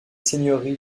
seigneuries